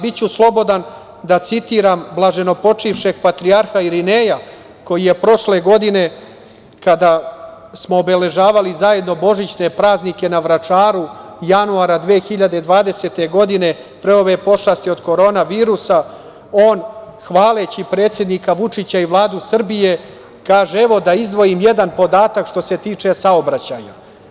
Biću slobodan da citiram blaženopočivšeg patrijarha Irineja koji je prošle godine, kada smo obeležavali zajedno božićne praznike na Vračaru, januara 2020. godine, pre ove pošasti od korona virusu, on hvaleći predsednika Vučića i Vladu Srbije kaže: „Evo, da izdvojim jedan podatak, što se tiče saobraćaja.